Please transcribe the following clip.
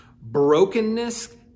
Brokenness